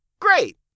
Great